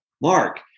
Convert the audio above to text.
Mark